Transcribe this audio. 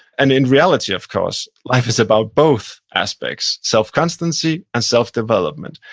and in reality, of course, life is about both aspects self-constancy and self-development,